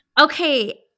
Okay